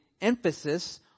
emphasis